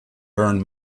burn